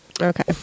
Okay